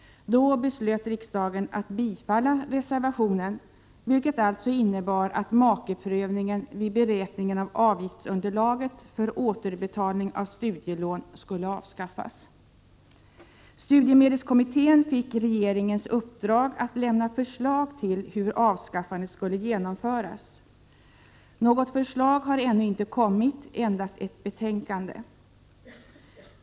Då beslöt riksdagen att bifalla reservationen, vilket alltså innebar att äktamakeprövningen vid beräkningen av avgiftsunderlaget för återbetalning av studielån skulle avskaffas. Studiemedelskommittén fick regeringens uppdrag att lämna förslag till hur avskaffandet skulle genomföras. Något förslag har ännu inte kommit, endast ett betänkande.